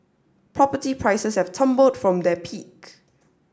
property prices have tumbled from their peak